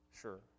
Sure